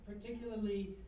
particularly